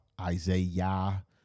Isaiah